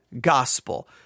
gospel